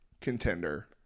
contender